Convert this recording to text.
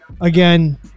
Again